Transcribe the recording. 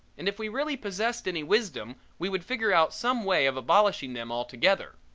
and if we really possessed any wisdom we would figure out some way of abolishing them altogether.